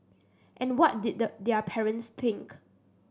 and what did the their parents think